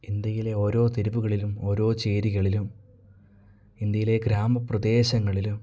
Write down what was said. ഇന്ത്യയിലെ ഓരോ തെരുവുകളിലും ഓരോ ചേരികളിലും ഇന്ത്യയിലെ ഗ്രാമപ്രദേശങ്ങളിലും